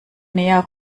näher